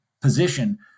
position